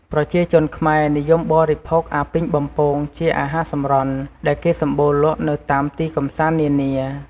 ប្រជាជនខ្មែរនិយមបរិភោគអាពីងបំពងជាអាហារសម្រន់ដែលគេសម្បូរលក់នៅតាមទីកំសាន្តនានា ។